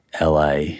LA